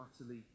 utterly